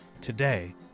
Today